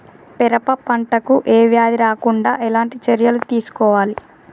పెరప పంట కు ఏ వ్యాధి రాకుండా ఎలాంటి చర్యలు తీసుకోవాలి?